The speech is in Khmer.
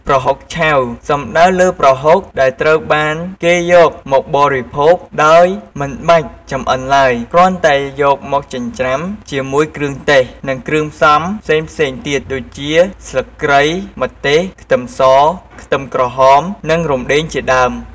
ប្រហុកឆៅ សំដៅលើប្រហុកដែលត្រូវបានគេយកមកបរិភោគដោយមិនបាច់ចម្អិនឡើយ គ្រាន់តែយកមកចិញ្ច្រាំ ជាមួយគ្រឿងទេស និងគ្រឿងផ្សំផ្សេងៗទៀត ដូចជាស្លឹកគ្រៃ ម្ទេស ខ្ទឹមស ខ្ទឹមក្រហម និងរំដេងជាដើម។